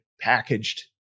packaged